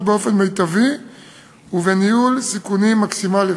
באופן מיטבי ובניהול סיכונים מקסימלי.